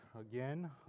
Again